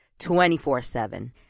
24-7